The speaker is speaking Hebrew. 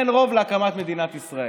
אין רוב להקמת מדינת ישראל.